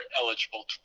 eligible